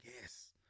yes